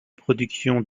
productions